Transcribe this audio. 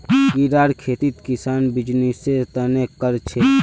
कीड़ार खेती किसान बीजनिस्सेर तने कर छे